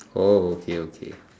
oh okay okay